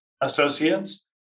associates